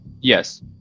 Yes